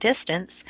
distance